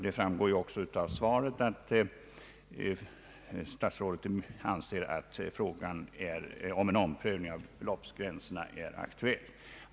Det framgår också av svaret att statsrådet anser att en omprövning av beloppsgränserna är aktuell.